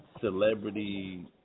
celebrity